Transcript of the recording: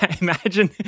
Imagine